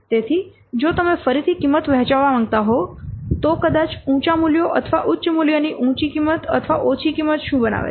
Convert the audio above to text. તેથી જો તમે ફરીથી કિંમત વહેંચવા માંગતા હોવ તો કદાચ ઉંચા મૂલ્યો અથવા ઉચ્ચ મૂલ્યની ઉંચી કિંમત અથવા ઓછી કિંમત શું બનાવે છે